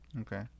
Okay